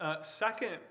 Second